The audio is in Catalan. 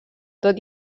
tot